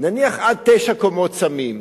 עד תשע קומות שמים.